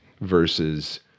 versus